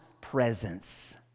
presence